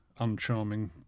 uncharming